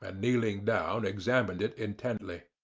and kneeling down, examined it intently.